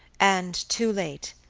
and, too late,